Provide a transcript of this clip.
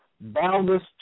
Boundless